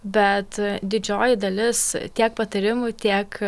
bet didžioji dalis tiek patarimų tiek